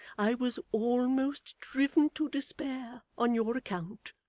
i was almost driven to despair on your account.